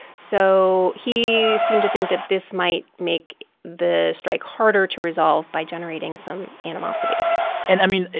so he seemed to think that this might make the strike harder to resolve by generating some animosity and, i mean,